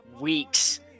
weeks